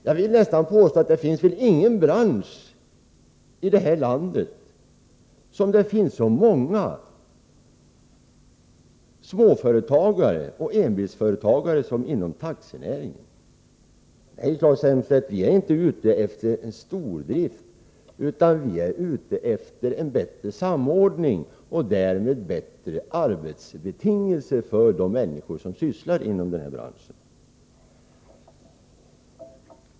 Jag vill påstå att det nästan inte finns någon bransch i det här landet där det finns så många småföretagare, dvs. enbilsföretagare, som inom taxinäringen. "2j, Claes Elmstedt, vi är inte ute efter stordrift utan efter en bättre samordning och därmed bättre arbetsbetingelser för de människor som arbetar inom branschen.